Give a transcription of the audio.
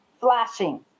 flashing